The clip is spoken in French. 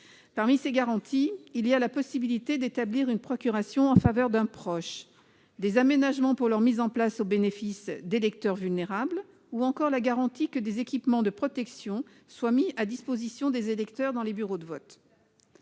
Parmi ces garanties, il y a la possibilité d'établir une procuration en faveur d'un proche, des aménagements pour cette mise en place au bénéfice d'électeurs vulnérables, ou encore la garantie que des équipements de protection soient mis à disposition des électeurs dans les bureaux de vote.